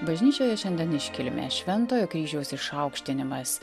bažnyčioje šiandien iškilmė šventojo kryžiaus išaukštinimas